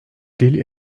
dil